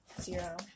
zero